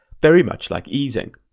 very much like easing.